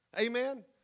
Amen